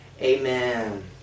amen